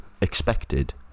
expected